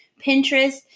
Pinterest